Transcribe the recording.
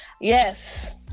Yes